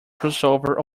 crossover